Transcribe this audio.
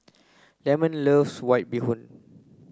Lemon loves white bee hoon